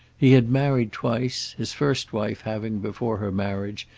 he had married twice, his first wife having, before her marriage,